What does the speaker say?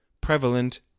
prevalent